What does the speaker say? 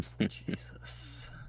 Jesus